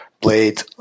played